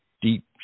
deep